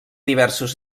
diversos